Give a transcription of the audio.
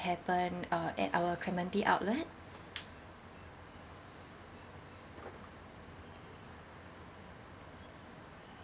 happen uh at our clementi outlet